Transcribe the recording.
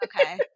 Okay